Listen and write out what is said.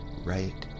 right